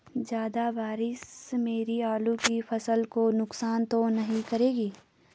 ज़्यादा बारिश मेरी आलू की फसल को नुकसान तो नहीं करेगी?